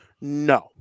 No